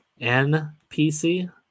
NPC